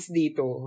dito